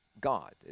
God